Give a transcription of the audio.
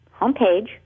homepage